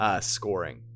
scoring